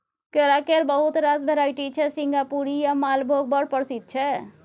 केरा केर बहुत रास भेराइटी छै सिंगापुरी आ मालभोग बड़ प्रसिद्ध छै